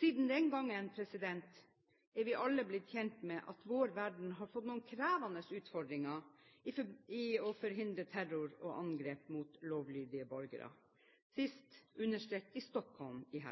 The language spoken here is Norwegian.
Siden den gang er vi alle blitt kjent med at vår verden har fått noen krevende utfordringer i å forhindre terror og angrep mot lovlydige borgere – sist understreket i Stockholm i